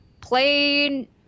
play